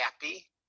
happy